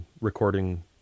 recording